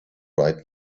right